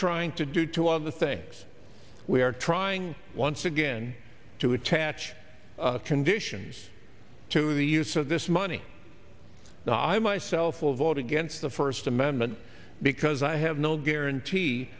trying to do two of the things we are trying once again to attach conditions to the use of this money now i myself will vote against the first amendment because i have no guarantee